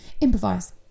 improvise